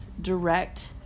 direct